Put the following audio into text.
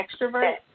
extrovert